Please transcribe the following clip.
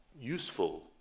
useful